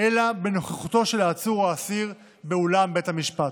אלא בנוכחותו של העצור או האסיר באולם בית המשפט.